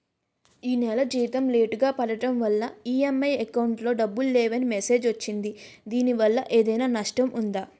ఈ నెల జీతం లేటుగా పడటం వల్ల ఇ.ఎం.ఐ అకౌంట్ లో డబ్బులు లేవని మెసేజ్ వచ్చిందిదీనివల్ల ఏదైనా నష్టం ఉందా?